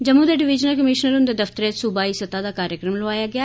जम्मू दे divisional commissioner हुंदे दफ्तरै च सूबाई सतह दा कार्यक्रम लोआया गेआ